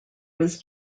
was